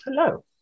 Hello